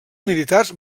militars